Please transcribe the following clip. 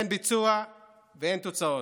אין ביצוע ואין תוצאות.